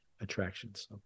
attractions